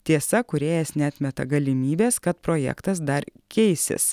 tiesa kūrėjas neatmeta galimybės kad projektas dar keisis